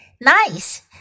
Nice